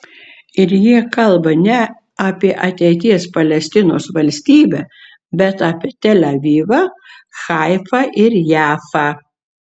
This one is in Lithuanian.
ir jie kalba ne apie ateities palestinos valstybę bet apie tel avivą haifą ir jafą